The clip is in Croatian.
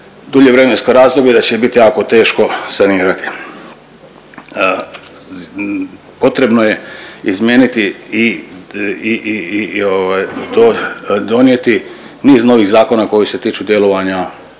dulje vremensko razdoblje da će biti jako teško sanirati. Potrebno je izmijeniti i to donijeti, niz novih zakona koji se tiču djelovanja